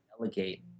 delegate